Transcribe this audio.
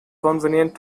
convenient